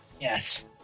Yes